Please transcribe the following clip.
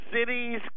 cities